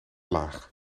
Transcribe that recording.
laag